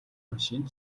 машин